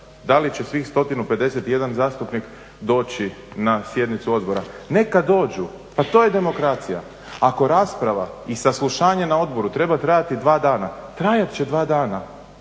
da li će svih 151 zastupnik doći na sjednicu odbora, neka dođu pa to je demokracija. Ako rasprava i saslušanje na odboru treba trajati dva dana, trajati će dva dana.